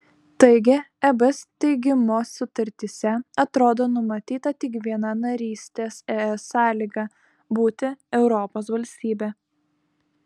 taigi eb steigimo sutartyse atrodo numatyta tik viena narystės es sąlyga būti europos valstybe